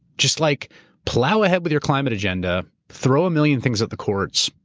just like plow ahead with your climate agenda, throw a million things at the courts.